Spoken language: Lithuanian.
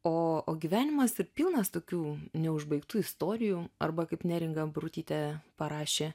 o o gyvenimas ir pilnas tokių neužbaigtų istorijų arba kaip neringa abrutytė parašė